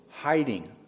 hiding